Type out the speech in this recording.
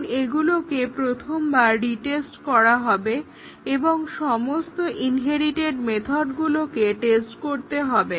কারণ এগুলোকে প্রথমবার রিস্টেট করা হবে এবং সমস্ত ইনহেরিটেড মেথডগুলোকে টেস্ট করতে হবে